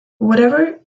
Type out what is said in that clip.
whatever